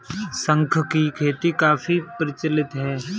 शंख की खेती काफी प्रचलित है